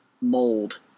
mold